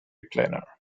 planar